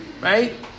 right